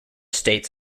states